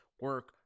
Work